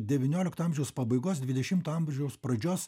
devyniolikto amžiaus pabaigos dvidešimto amžiaus pradžios